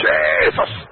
Jesus